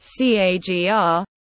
CAGR